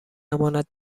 امانت